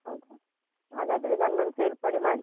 ಹೌದ ಹಾಗಾದರೆ ನನ್ನನ್ನು ಸೇರ್ಪಡೆ ಮಾಡಿ